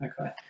Okay